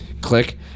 Click